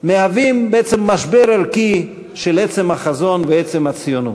מהווים בעצם משבר ערכי של עצם החזון ועצם הציונות.